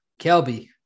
kelby